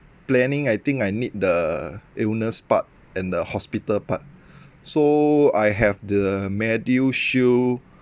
planning I think I need the illness part and the hospital part so I have the medishield